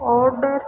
order